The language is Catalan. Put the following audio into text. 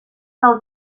del